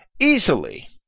easily